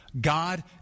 God